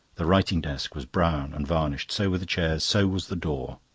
the writing-desk was brown and varnished. so were the chairs, so was the door.